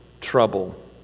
trouble